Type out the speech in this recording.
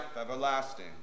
everlasting